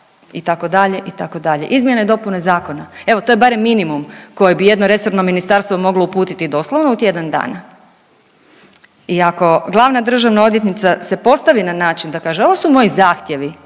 itd., itd.. Izmjene i dopune zakona, evo to je barem minimum koje bi jedno resorno ministarstvo moglo uputiti doslovno u tjedan dana i ako glavna državna odvjetnica se postavi na način da kaže ovo su moji zahtjevi,